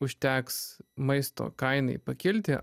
užteks maisto kainai pakilti